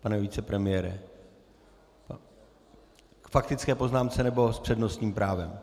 Pane vicepremiére, k faktické poznámce, nebo s přednostním právem?